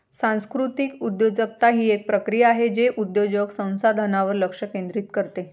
सांस्कृतिक उद्योजकता ही एक प्रक्रिया आहे जे उद्योजक संसाधनांवर लक्ष केंद्रित करते